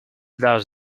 does